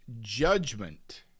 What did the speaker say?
judgment